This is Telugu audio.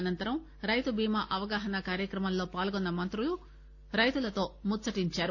అనంతరం రైతు బీమా అవగాహాన కార్యక్రమంలో పాల్గొన్న మంత్రులు రైతులతో ముచ్చటించారు